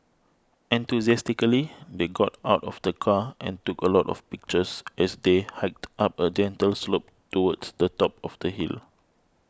enthusiastically they got out of the car and took a lot of pictures as they hiked up a gentle slope towards the top of the hill